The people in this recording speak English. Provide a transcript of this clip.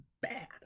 bad